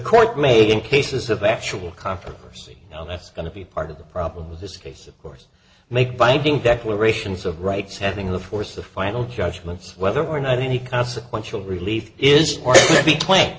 court made in cases of actual controversy that's going to be part of the problem with this case of course make binding declarations of rights having the force the final judgment whether or not any consequential relief is